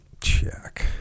Check